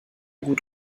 gut